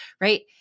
right